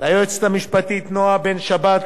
ליועצת המשפטית נועה בן-שבת,